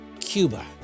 Cuba